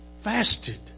fasted